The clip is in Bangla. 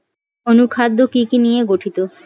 অনুখাদ্য কি কি নিয়ে গঠিত?